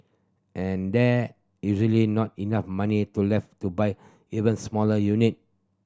and there usually not enough money to left to buy even smaller unit